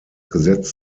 gesetz